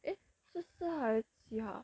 eh 是四号还是七号 ah